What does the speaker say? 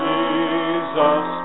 Jesus